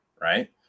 right